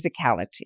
physicality